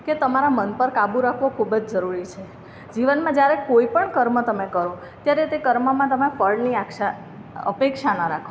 કે તમારા મન પર કાબૂ રાખવો ખૂબ જ જરૂરી છે જીવનમાં જ્યારે કોઈપણ કર્મ તમે કરો ત્યારે તે કર્મમાં તમે ફળની અપેક્ષા ન રાખો